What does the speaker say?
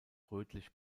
rötlich